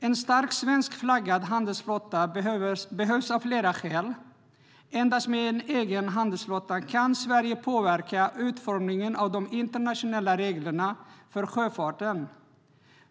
En stark svenskflaggad handelsflotta behövs av flera skäl. Endast med en egen handelsflotta kan Sverige påverka utformningen av de internationella reglerna för sjöfarten.